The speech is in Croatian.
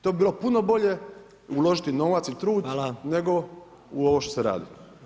To bi bilo puno bolje uložiti novac ili trud nego u ovo što se radi.